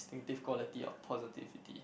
distinctive quality of positivity